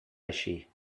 així